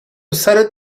سرت